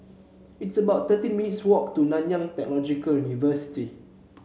it's about thirteen minutes' walk to Nanyang Technological University